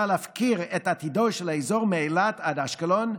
להפקיר את עתידו של האזור מאילת עד אשקלון,